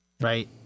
right